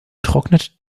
trocknet